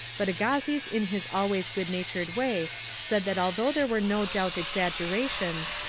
but agassiz in his always good-natured way said that although there were no doubt exaggerations,